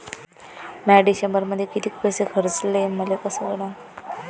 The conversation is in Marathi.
म्या डिसेंबरमध्ये कितीक पैसे खर्चले मले कस कळन?